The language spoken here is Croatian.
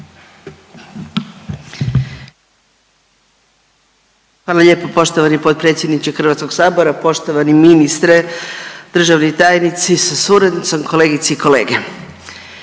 Hvala lijepo poštovani potpredsjedniče HS, poštovani ministre, državni tajnici sa suradnicom, kolegice i kolege.